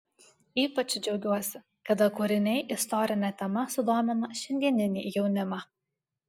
ypač džiaugiuosi kada kūriniai istorine tema sudomina šiandieninį jaunimą